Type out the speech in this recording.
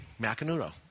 Macanudo